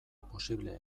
posible